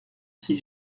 ses